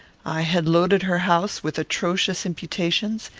i had loaded her house with atrocious imputations,